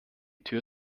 tür